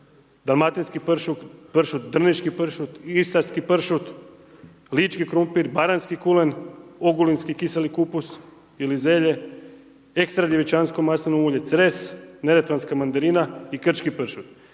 dalmatinski pršut, drniški pršut, istarski pršut, lički krumpir baranjski kulen, ogulinski kiseli kupus ili zelje, ekstra djevičansko maslinovo ulje Cres, neretvanska mandarina i Krčki pršut.